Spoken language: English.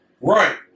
Right